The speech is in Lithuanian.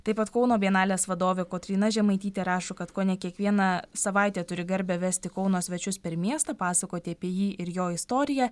taip pat kauno bienalės vadovė kotryna žemaitytė rašo kad kone kiekvieną savaitę turi garbę vesti kauno svečius per miestą pasakoti apie jį ir jo istoriją